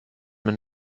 mit